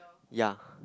yeah